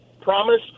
promise